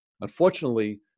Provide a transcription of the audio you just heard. Unfortunately